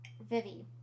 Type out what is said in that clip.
Vivi